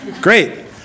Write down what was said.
Great